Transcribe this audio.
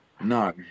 No